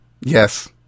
Yes